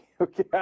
okay